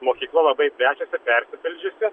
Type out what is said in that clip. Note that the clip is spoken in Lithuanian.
mokykla labai plečiasi persipildžiusi